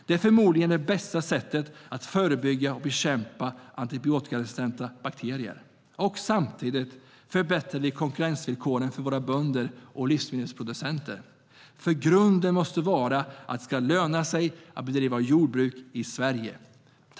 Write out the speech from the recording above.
Det är förmodligen det bästa sättet att förebygga och bekämpa antibiotikaresistenta bakterier.